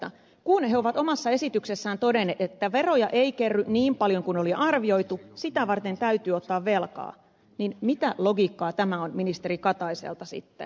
kun he ovat omassa esityksessään todenneet että veroja ei kerry niin paljon kuin oli arvioitu sitä varten täytyy ottaa velkaa niin mitä logiikkaa tämä on ministeri kataiselta sitten